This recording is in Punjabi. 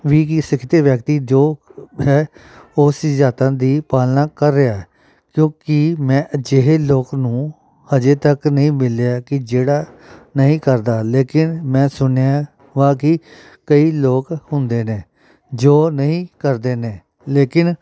ਵੀ ਕਿ ਸਿਖਿਅਤ ਵਿਅਕਤੀ ਜੋ ਹੈ ਉਹ ਸਿਧਾਂਤਾ ਦੀ ਪਾਲਣਾ ਕਰ ਰਿਹਾ ਹੈ ਕਿਉਂਕਿ ਮੈਂ ਅਜਿਹੇ ਲੋਕ ਨੂੰ ਹਜੇ ਤੱਕ ਨਹੀਂ ਮਿਲਿਆ ਕਿ ਜਿਹੜਾ ਨਹੀਂ ਕਰਦਾ ਲੇਕਿਨ ਮੈਂ ਸੁਣਿਆ ਵਾ ਕਿ ਕਈ ਲੋਕ ਹੁੰਦੇ ਨੇ ਜੋ ਨਹੀਂ ਕਰਦੇ ਨੇ ਲੇਕਿਨ